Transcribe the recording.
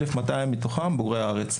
1,200 מתוכם בוגרי הארץ.